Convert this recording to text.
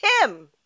Tim